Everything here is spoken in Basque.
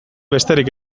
besterik